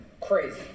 Crazy